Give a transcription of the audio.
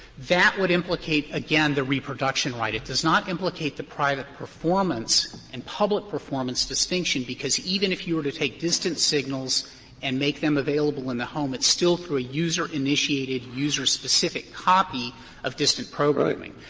that would implicate again the reproduction right. it does not implicate the private performance and public performance distinction, because, even if you were to take distant signals and make them available in the home, it's still through a user-initiated, user-specific copy of distant programming.